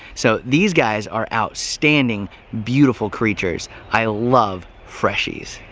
so these guys are outstanding beautiful creatures! i love freshies!